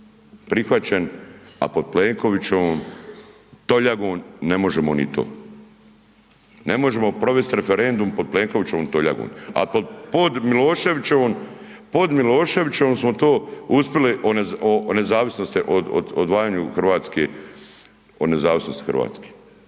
prihvaćen a pod Plenkovićevom toljagom ne možemo ni to. Ne možemo provesti referendum pod Plenkovićevom toljagom a pod Miloševićevom smo to uspjeli o nezavisnosti,